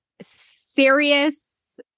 serious